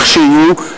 לכשיהיו,